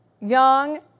young